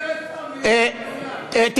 אני קראתי לך פעמיים, זו פעם שלישית, צא החוצה.